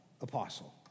apostle